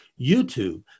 YouTube